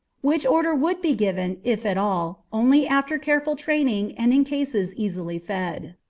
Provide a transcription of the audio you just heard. which order would be given, if at all, only after careful training and in cases easily fed.